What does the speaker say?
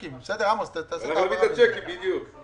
תקין באיחור אלא עד התאריך בדרך כלל